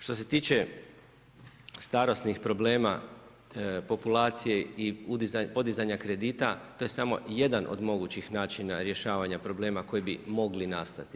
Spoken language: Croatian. Što se tiče starosnih problema populacija i podizanja kredita, to je samo jedan od mogućih načina rješavanja problema koji bi mogli nastati.